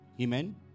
Amen